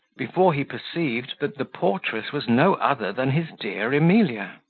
before he perceived that the portress was no other than his dear emilia.